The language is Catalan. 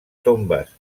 tombes